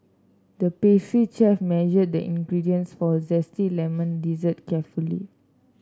the pastry chef measured the ingredients for a zesty lemon dessert carefully